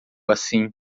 assim